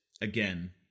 again